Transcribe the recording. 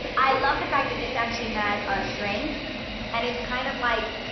i love the fact that this actually has a string and it's kind of like,